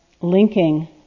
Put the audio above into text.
linking